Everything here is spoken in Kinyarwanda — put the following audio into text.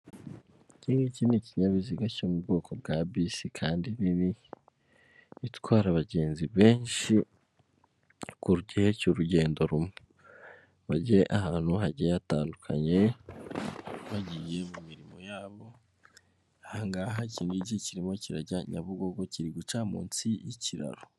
Iki ngiki ni ikinyabiziga cyo mu bwoko bwa bisi kandi bibi bitwara abagenzi benshi ku gihe cy'urugendo rumwe bajye ahantu hagiye hatandukanye bagiye mu mirimo yabo ahangaha iki ngiki kirimo kirajya nyabugo kiri guca munsi y'ikiraro.